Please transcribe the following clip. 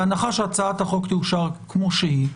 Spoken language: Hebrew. בהנחה שהצעת החוק תאושר כפי שהיא,